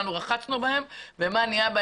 רחצנו בהם והמעיינות,